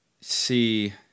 see